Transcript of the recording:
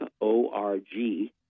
O-R-G